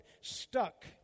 stuck